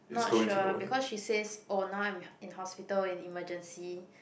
not sure because she says oh now I'm in hospital and in emergency